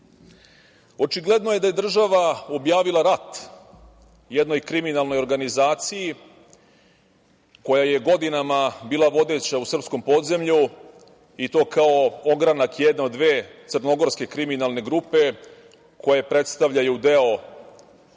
budućnost. Očigledno je da je država objavila rat jednoj kriminalnoj organizaciji koja je godinama bila vodeća u srpskom podzemlju i to kao ogranak jedne od dve crnogorske kriminalne grupe koje predstavljaju deo